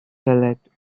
collect